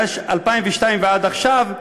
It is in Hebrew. מאז 2002 עד עכשיו,